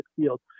field